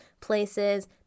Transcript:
places